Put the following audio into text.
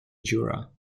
jura